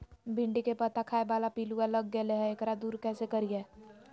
भिंडी के पत्ता खाए बाला पिलुवा लग गेलै हैं, एकरा दूर कैसे करियय?